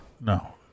No